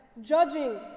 Judging